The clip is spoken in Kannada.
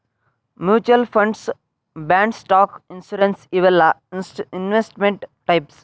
mutual funds bonds stock insurance ಇವೆಲ್ಲಾ ಇನ್ವೆಸ್ಟ್ಮೆಂಟ್ ಟೈಪ್ಸ್